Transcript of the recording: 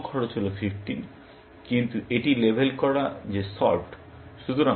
সর্বোত্তম খরচ হল 15 কিন্তু এটি লেবেল করা যে সল্ভড